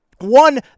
One